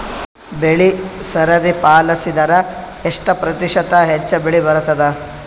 ಬೆಳಿ ಸರದಿ ಪಾಲಸಿದರ ಎಷ್ಟ ಪ್ರತಿಶತ ಹೆಚ್ಚ ಬೆಳಿ ಬರತದ?